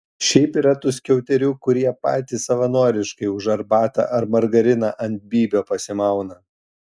šiaip yra tų skiauterių kurie patys savanoriškai už arbatą ar margariną ant bybio pasimauna